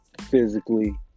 physically